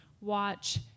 Watch